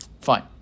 fine